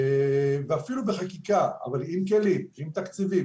ואפילו בחקיקה, אבל עם כלים, עם תקציבים.